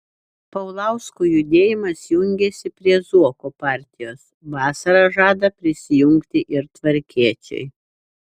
paulausko judėjimas jungiasi prie zuoko partijos vasarą žada prisijungti ir tvarkiečiai